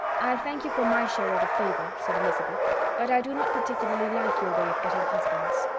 i thank you for my share of the favour, said elizabeth but i do not particularly like your way of getting husbands.